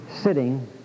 sitting